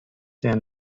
der